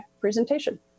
presentation